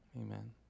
amen